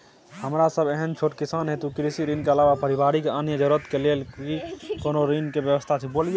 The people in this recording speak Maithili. हमरा सब एहन छोट किसान हेतु कृषि ऋण के अलावा पारिवारिक अन्य जरूरत के लेल की कोनो ऋण के व्यवस्था छै?